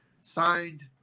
signed